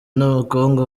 n’ubukungu